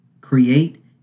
Create